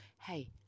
Hey